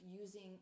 using